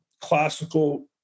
classical